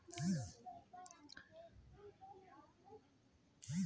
commercial bank से मोर debit card आर क्रेडिट कार्डेर सुविधा लुआ सकोही